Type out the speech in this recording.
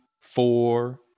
four